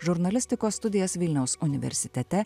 žurnalistikos studijas vilniaus universitete